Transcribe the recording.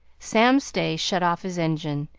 sam stay shut off his engine,